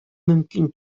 мөмкин